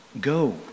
go